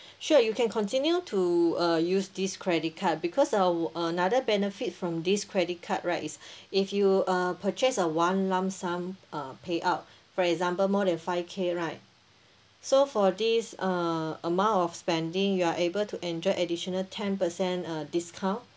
sure you can continue to uh use this credit card because our another benefit from this credit card right is if you uh purchase a one lump sum uh payout for example more than five K right so for this uh amount of spending you're able to enjoy additional ten percent uh discount